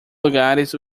lugares